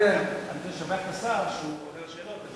אני רוצה לשבח את השר שהוא עונה על שאלות.